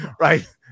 Right